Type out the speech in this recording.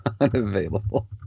unavailable